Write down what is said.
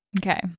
Okay